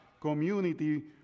community